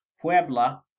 puebla